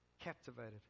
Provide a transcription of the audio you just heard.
Captivated